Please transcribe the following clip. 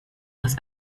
aus